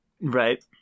Right